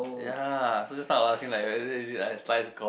ya so just now I was asking like whether is it like a slice gone